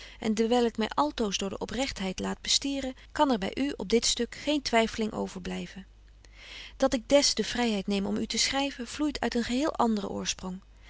en dewyl ik my altoos door de oprechtheid laat bestieren kan er by u op dit stuk geen twyffeling overblyven betje wolff en aagje deken historie van mejuffrouw sara burgerhart dat ik des de vryheid neem om u te schryven vloeit uit een geheel anderen oorsprong